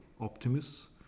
optimists